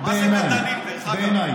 כך מדינה דמוקרטית ראוי שתעשה, לא נראה לי.